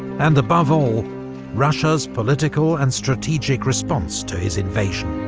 and above all russia's political and strategic response to his invasion.